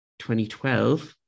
2012